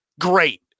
Great